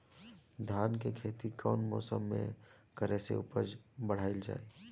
धान के खेती कौन मौसम में करे से उपज बढ़ाईल जाई?